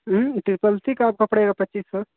triple C का आपका पड़ेगा पच्चीस सौ